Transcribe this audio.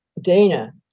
Dana